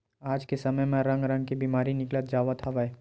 आज के समे म रंग रंग के बेमारी निकलत जावत हवय